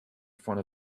front